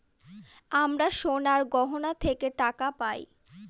আমরা সোনার গহনা থেকে টাকা পায়